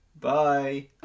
Bye